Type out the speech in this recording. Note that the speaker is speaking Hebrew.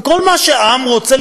בכל מה שעם רוצה,